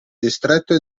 distretto